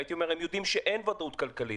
הייתי אומר הם יודעים שאין ודאות כלכלית,